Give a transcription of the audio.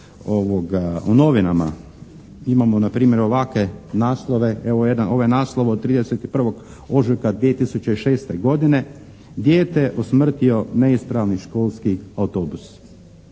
u novinama imamo na primjer ovakve naslove, evo ovaj naslov od 31. ožujka 2006. godine "Dijete usmrtio neispravni školski autobus".